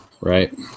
Right